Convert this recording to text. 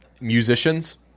musicians